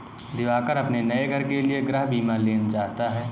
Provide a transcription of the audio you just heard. दिवाकर अपने नए घर के लिए गृह बीमा लेना चाहता है